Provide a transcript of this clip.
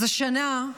אז השנה,